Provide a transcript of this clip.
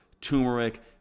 turmeric